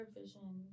vision